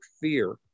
fear